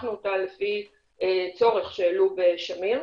ופיתחנו אותה לפי צורך שהעלו בשמיר,